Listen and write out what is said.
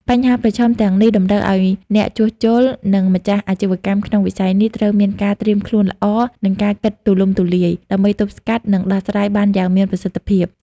បញ្ហាប្រឈមទាំងនេះតម្រូវឲ្យអ្នកជួសជុល និងម្ចាស់អាជីវកម្មក្នុងវិស័យនេះត្រូវមានការត្រៀមខ្លួនល្អ និងការគិតទូលំទូលាយ ដើម្បីទប់ស្កាត់ និងដោះស្រាយបានយ៉ាងមានប្រសិទ្ធភាព។